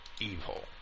evil